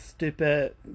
Stupid